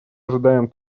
ожидаем